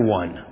one